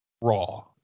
Raw